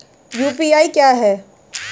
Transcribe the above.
UPI क्या है?